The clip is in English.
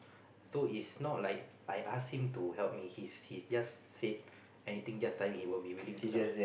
so is not like I ask him to help me he he just said anything just tell him he will be willing to help